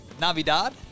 Navidad